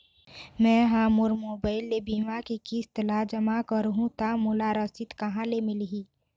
मैं हा मोर मोबाइल ले बीमा के किस्त ला जमा कर हु ता मोला रसीद कहां ले मिल ही?